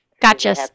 Gotcha